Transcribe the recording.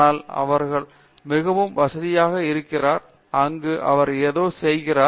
பேராசிரியர் அரிந்தமா சிங் ஆனால் அவர் மிகவும் வசதியாக இருக்கிறார் அங்கு அவர் ஏதோ செய்கிறார்